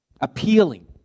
appealing